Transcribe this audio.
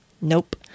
Nope